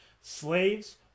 slaves